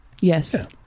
Yes